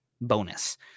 bonus